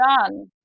done